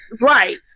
Right